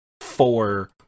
four